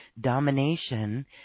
domination